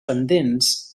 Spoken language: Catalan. pendents